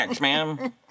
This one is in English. ma'am